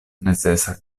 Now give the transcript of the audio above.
necesa